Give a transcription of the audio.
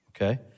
Okay